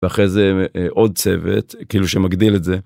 ואחרי זה עוד צוות כאילו שמגדיל את זה.